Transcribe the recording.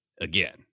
again